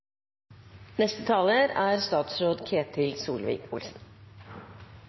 Neste replikant er – nei, statsråd Ketil